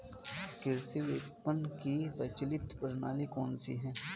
कृषि विपणन की प्रचलित प्रणाली कौन सी है?